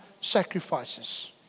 sacrifices